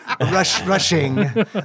Rushing